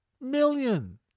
million